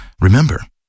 Remember